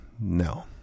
No